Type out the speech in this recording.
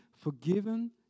forgiven